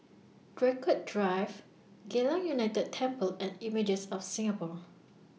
Draycott Drive Geylang United Temple and Images of Singapore